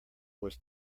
was